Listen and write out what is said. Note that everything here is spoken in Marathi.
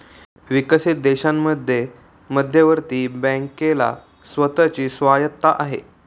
विकसित देशांमध्ये मध्यवर्ती बँकेला स्वतः ची स्वायत्तता आहे